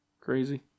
Crazy